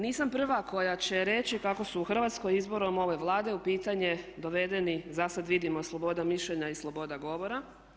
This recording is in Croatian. Nisam prva koja će reći kako su u Hrvatskoj izborom ove Vlade u pitanje dovedeni za sada vidimo sloboda mišljenja i sloboda govora.